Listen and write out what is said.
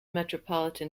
metropolitan